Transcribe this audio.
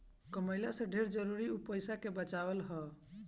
कमइला से ढेर जरुरी उ पईसा के बचावल हअ